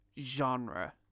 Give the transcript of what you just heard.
Genre